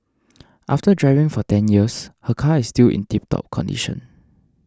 after driving for ten years her car is still in tiptop condition